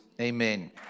Amen